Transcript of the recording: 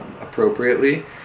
appropriately